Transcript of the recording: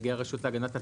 נציגי הרשות להגנת הצרכן,